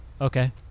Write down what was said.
Okay